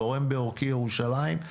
זורם בעורקי ירושלים,